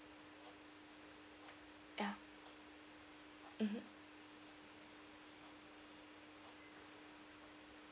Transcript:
ya mmhmm